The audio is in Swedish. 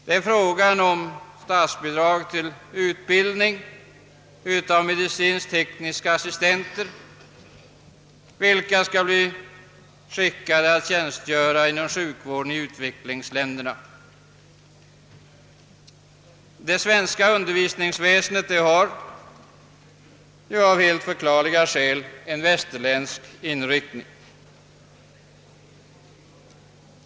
Det är fråga om statsbidrag till utbildning av medicinskt-tekniska assistenter vilka skall bli skickade att tjänstgöra inom sjukvården i utvecklingsländerna. Det svenska undervisningsväsendet har ju av förklarliga skäl en västerländsk inriktning.